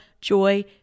joy